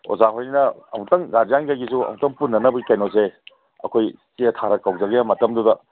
ꯑꯣꯖꯥ ꯍꯣꯏꯅ ꯑꯃꯨꯛꯇꯪ ꯒꯥꯔꯖꯤꯌꯥꯟꯒꯩꯒꯤꯁꯨ ꯑꯃꯨꯛꯇꯪ ꯄꯨꯟꯅꯅꯕꯩ ꯀꯩꯅꯣꯁꯦ ꯑꯩꯈꯣꯏ ꯆꯦ ꯊꯥꯔꯒ ꯀꯧꯖꯒꯦ ꯃꯇꯝꯗꯨꯗ